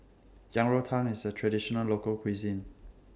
Yang Rou Tang IS A Traditional Local Cuisine